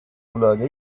العاده